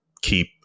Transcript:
keep